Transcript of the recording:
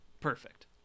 perfect